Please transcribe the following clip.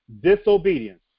disobedience